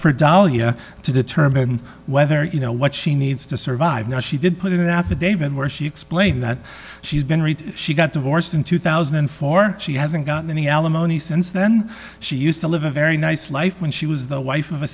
for dalia to determine whether you know what she needs to survive now she did put out the david where she explained that she's been read she got divorced in two thousand and four she hasn't gotten any alimony since then she used to live a very nice life when she was the wife of a